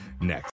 next